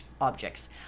objects